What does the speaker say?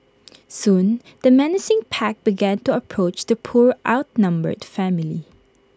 soon the menacing pack began to approach the poor outnumbered family